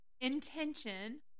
Intention